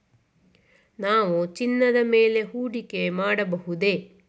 ನಾವು ಚಿನ್ನದ ಮೇಲೆ ಹೂಡಿಕೆ ಮಾಡಬಹುದೇ?